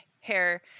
hair